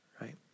right